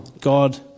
God